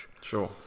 Sure